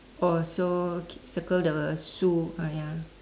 oh so circle the Sue ah ya